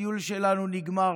והטיול שלנו נגמר.